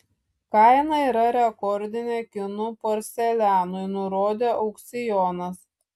kaina yra rekordinė kinų porcelianui nurodė aukcionas